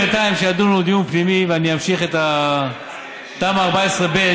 בינתיים שידונו דיון פנימי ואני אמשיך: תמ"א 14 ב',